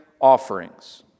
offerings